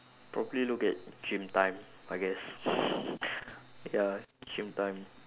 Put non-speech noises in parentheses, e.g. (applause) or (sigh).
probably look at gym time I guess (laughs) ya gym time